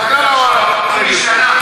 לפני שנה,